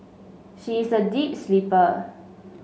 she is a deep sleeper